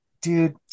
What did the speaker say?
dude